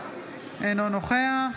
אינו נוכח